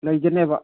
ꯂꯩꯒꯅꯦꯕ